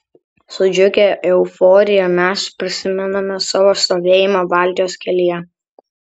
su džiugia euforija mes prisimename savo stovėjimą baltijos kelyje